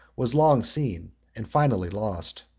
was long seen and finally lost.